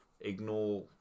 ignore